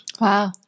Wow